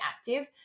active